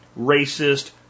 racist